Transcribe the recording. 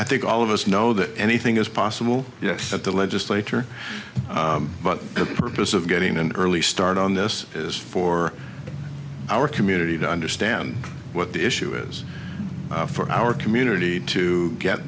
i think all of us know that anything is possible yes at the legislature but the purpose of getting an early start on this is for our community to understand what the issue is for our community to get